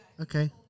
Okay